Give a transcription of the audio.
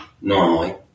normally